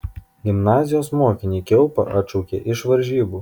gimnazijos mokinį kiaupą atšaukė iš varžybų